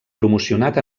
promocionat